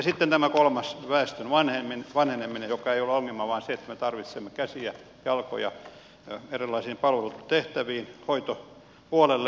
sitten tämä kolmas väestön vanheneminen joka ei ole ongelma vaan se että me tarvitsemme käsiä jalkoja erilaisiin palvelutehtäviin hoitopuolelle ja muuhun